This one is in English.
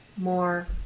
more